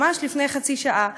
ממש לפני חצי שעה,